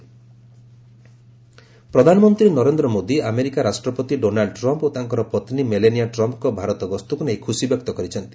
PM Modi Trump ପ୍ରଧାନମନ୍ତ୍ରୀ Narendra Modi America ରାଷ୍ଟ୍ରପତି Donald Trump ଓ ତାଙ୍କର ପତ୍ନୀ ମେଲେନିଆ ଟ୍ରମ୍ପଙ୍କ ଭାରତ ଗସ୍ତକୁ ନେଇ ଖୁସି ବ୍ୟକ୍ତ କରିଛନ୍ତି